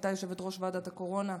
שהייתה יושבת-ראש ועדת הקורונה,